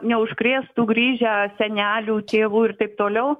neužkrėstų grįžę senelių tėvų ir taip toliau